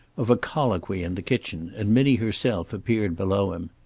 of a colloquy in the kitchen, and minnie herself appeared below him.